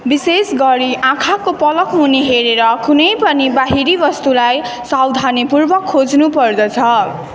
विशेष गरी आँखाको पलकमुनि हेरेर कुनै पनि बाहिरी वस्तुलाई सावधानीपूर्वक खोज्नुपर्दछ